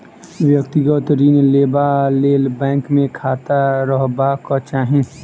व्यक्तिगत ऋण लेबा लेल बैंक मे खाता रहबाक चाही